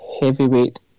heavyweight